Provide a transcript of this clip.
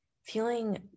feeling